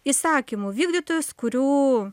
įsakymų vykdytojas kurių